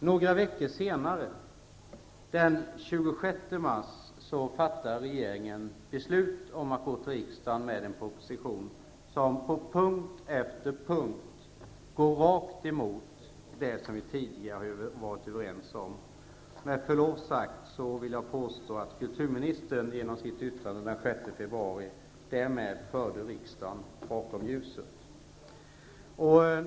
Några veckor senare, den 26 mars, fattade regeringen beslut om att lägga fram en proposition för riksdagen som på punkt efter punkt går rakt emot det som vi tidigare var överens om. Med förlov sagt vill jag påstå att kulturministern genom sitt yttrande den 6 februari förde riksdagen bakom ljuset.